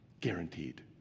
Guaranteed